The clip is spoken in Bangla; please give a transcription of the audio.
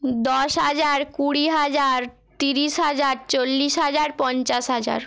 দশ হাজার কুড়ি হাজার তিরিশ হাজার চল্লিশ হাজার পঞ্চাশ হাজার